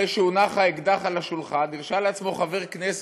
אחרי שהונח האקדח על השולחן הרשה לעצמו חבר כנסת,